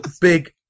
big